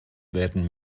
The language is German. werden